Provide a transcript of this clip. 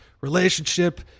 relationship